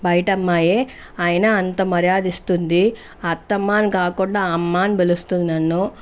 బయట అమ్మాయే అయినా అంత మర్యాద ఇస్తుంది అత్తమ్మ అని కాకుండా అమ్మ అని పిలుస్తుంది నన్ను